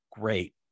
great